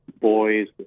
boys